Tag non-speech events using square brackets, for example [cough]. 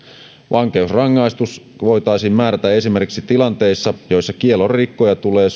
vankeusrangaistus voitaisiin määrätä esimerkiksi tilanteissa joissa kiellon rikkoja tulee [unintelligible]